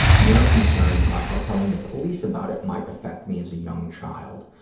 and their concerns about how telling the police about it might affect me as a young child.